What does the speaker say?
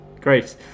great